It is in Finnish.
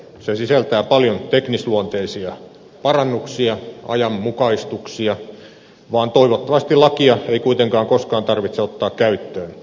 se sisältää paljon teknisluonteisia parannuksia ajanmukaistuksia vaan toivottavasti lakia ei kuitenkaan koskaan tarvitse ottaa käyttöön